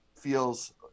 feels